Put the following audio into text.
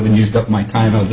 than used up my time of the